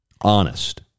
honest